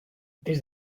des